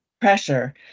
pressure